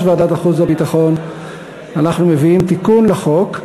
ועדת החוץ והביטחון אנחנו מביאים תיקון לחוק,